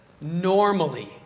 normally